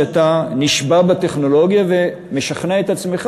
שאתה נשבה בטכנולוגיה ומשכנע את עצמך